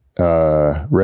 Red